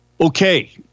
Okay